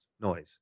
noise